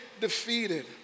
defeated